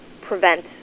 prevent